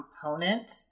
component